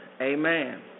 amen